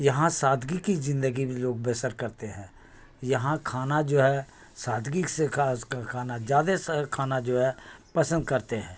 یہاں سادگی کی زندگی لوگ بسر کرتے ہیں یہاں کھانا جو ہے سادگی سے اس کا کھانا زیادہ کھانا جو ہے پسند کرتے ہیں